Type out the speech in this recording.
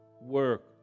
work